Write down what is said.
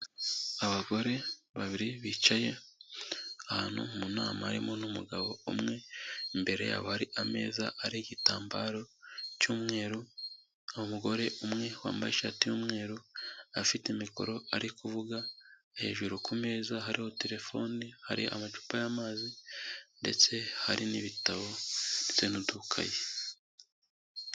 Abagore babiri bicaye ahantu mu nama harimo n'umugabo umwe, imbere yabo hari ameza ariho igitambaro cy'umweru, hari umugore umwe wambaye ishati y'umweru afite mikoro ari kuvuga, hejuru ku meza hariho telefone, hari amacupa y'amazi ndetse hari n'ibitabo ndetse n'udukayi.